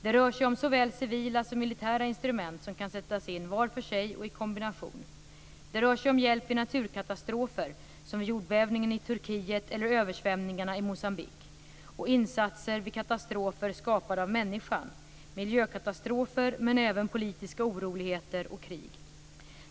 · Det rör sig om såväl civila som militära instrument som kan sättas in var för sig och i kombination. · Det rör sig om hjälp vid naturkatastrofer - som vid jordbävningen i Turkiet eller översvämningarna i Moçambique - och insatser vid katastrofer skapade av människan - miljökatastrofer, men även politiska oroligheter och krig.